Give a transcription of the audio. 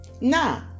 Now